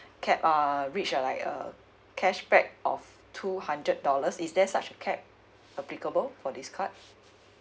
cap uh reach like uh cashback of two hundred dollars is there such a cap applicable for this card